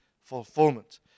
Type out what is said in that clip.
fulfillment